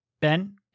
Ben